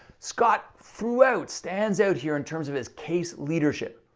scott throughout stands out here in terms of his case leadership.